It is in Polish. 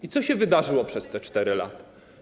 I co się wydarzyło przez te 4 lata?